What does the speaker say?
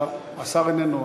השר איננו.